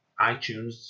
iTunes